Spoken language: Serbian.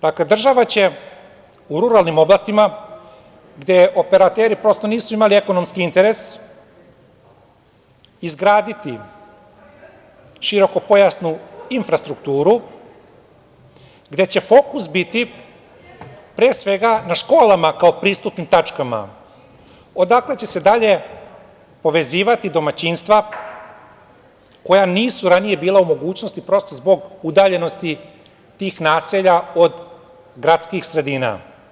Dakle, država će u ruralnim oblastima, gde operateri nisu imali ekonomski interes, izgraditi širokopojasnu infrastrukturu gde će fokus biti pre svega na školama kao pristupnim tačkama, odakle će se dalje povezivati domaćinstva koja nisu ranije bila u mogućnosti zbog udaljenosti tih naselja od gradskih sredina.